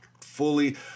fully